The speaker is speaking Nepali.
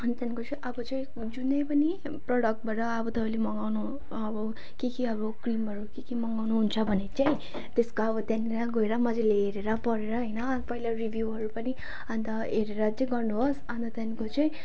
अनि त्यहाँको चाहिँ अब चाहिँ जुनै पनि प्रडक्टबाट अब तपाईँले मगाउन अब के के अब क्रिमहरू के के मगाउनु हुन्छ भने चाहिँ त्यसको अब त्यहाँनेर गएर मजाले हेरेर पढेर होइन पहिला रिभ्युहरू पनि अन्त हेरेर चाहिँ गर्नु होस् अन्त त्यहाँको चाहिँ